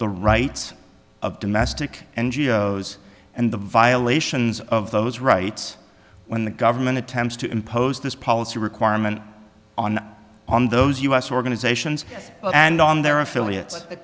the rights of domestic n g o s and the violations of those rights when the government attempts to impose this policy requirement on on those u s organizations and on their affiliates the